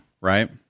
right